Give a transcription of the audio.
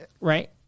right